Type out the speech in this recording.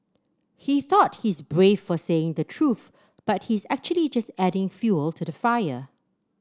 he thought he's brave for saying the truth but he's actually just adding fuel to the fire